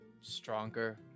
stronger